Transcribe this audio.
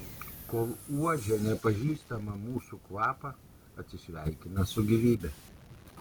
kol uodžia nepažįstamą mūsų kvapą atsisveikina su gyvybe